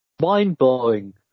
mind-blowing